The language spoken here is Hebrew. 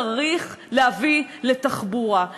צריך להביא תחבורה.